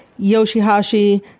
Yoshihashi